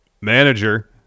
manager